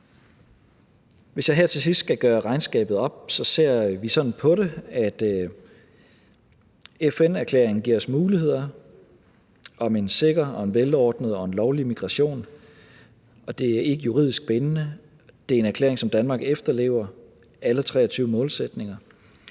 Hvis jeg her til sidst skal gøre regnskabet op, ser vi sådan på det, at FN-erklæringen giver os muligheder for en sikker, velordnet og lovlig migration, det er ikke juridisk bindende, og det er en erklæring, som Danmark efterlever, alle 23 målsætninger,